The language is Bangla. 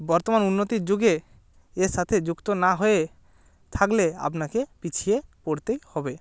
বর্তমান উন্নতির যুগে এর সাথে যুক্ত না হয়ে থাকলে আপনাকে পিছিয়ে পড়তেই হবে